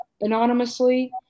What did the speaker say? anonymously